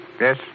Yes